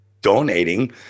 donating